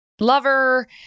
lover